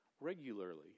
regularly